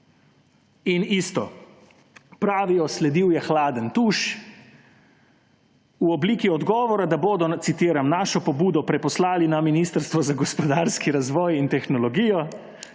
In isto, pravijo, sledil je hladen tuš v obliki odgovora, da bodo, citiram, »našo pobudo preposlali na Ministrstvo za gospodarski razvoj in tehnologijo,